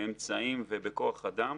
באמצעים ובכוח אדם.